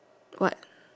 what